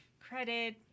credit